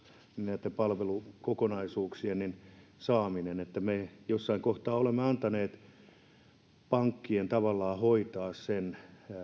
näitten palvelukokonaisuuksien saamisen ja varsinkin kun ollaan ulosotossa me olemme jossain kohtaa antaneet pankkien tavallaan hoitaa sen